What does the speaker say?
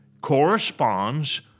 corresponds